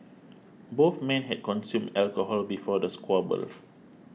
both men had consumed alcohol before the squabble